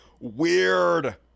weird